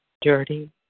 dirty